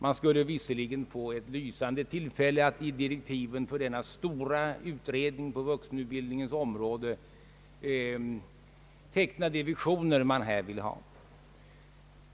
Man skulle visserligen få ett lysande tillfälle att i direktiven till en sådan stor utredning på vuxenutbildningens område teckna de visioner, man här kan se framför sig.